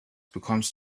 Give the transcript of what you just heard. bekommst